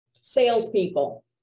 Salespeople